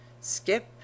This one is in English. Skip